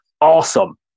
awesome